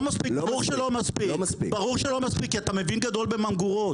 ברור שלא מספיק כי אתה מבין גדול בממגורות.